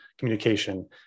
communication